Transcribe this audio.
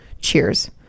Cheers